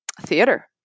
theater